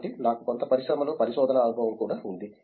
కాబట్టి నాకు కొంత పరిశ్రమలో పరిశోధన అనుభవం కూడా ఉంది